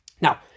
Now